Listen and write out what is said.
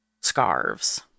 scarves